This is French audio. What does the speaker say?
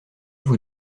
vous